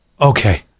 Okay